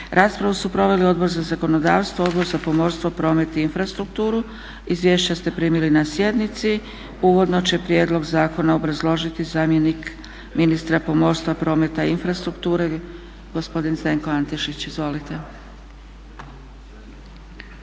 Raspravu su proveli Odbor za zakonodavstvo, Odbor za pomorstvo, prometi i infrastrukturu. Izvješća ste primili na sjednici. Uvodno će prijedlog zakona obrazložiti zamjenik ministra pomorstva, prometa i infrastrukture gospodin Zdenko Antešić. Izvolite.